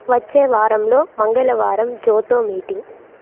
వచ్చే వారంలో మంగళవారం జోతో మీటింగ్